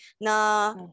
Na